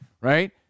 right